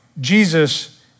Jesus